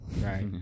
right